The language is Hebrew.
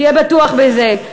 תהיה בטוח בזה.